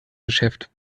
geschäft